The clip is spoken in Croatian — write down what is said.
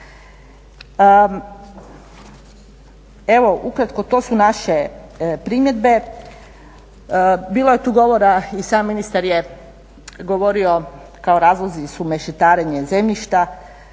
Evo, ukratko to su naše primjedbe. Bilo je tu govora, i sam ministar je govorio kao razlozi su mešetarenje zemljišta